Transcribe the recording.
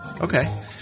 Okay